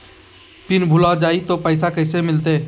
Pin भूला जाई तो पैसा कैसे मिलते?